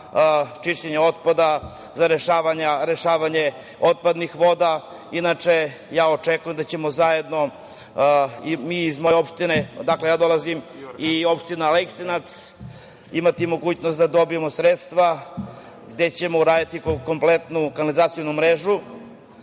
čišćenje otpada, za rešavanje otpadnih ovda. Inače, ja očekujem da ćemo zajedno, mi iz moje opštine, odakle ja dolazim, i opština Aleksinac, imati mogućnost da dobijemo sredstva gde ćemo uraditi kompletnu kanalizacionu mrežu